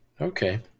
Okay